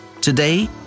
Today